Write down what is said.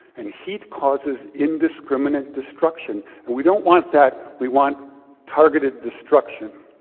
and heat causes indiscriminate destruction. and we don't want that. we want targeted destruction.